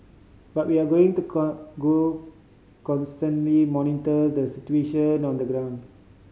but we are going to go constantly monitor the situation on the ground